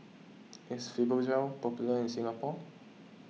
is Fibogel popular in Singapore